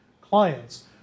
clients